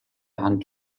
hand